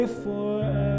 forever